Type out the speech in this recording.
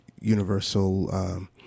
universal